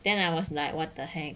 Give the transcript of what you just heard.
then I was like what the heck